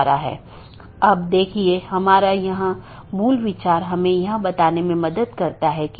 यह पूरे मेश की आवश्यकता को हटा देता है और प्रबंधन क्षमता को कम कर देता है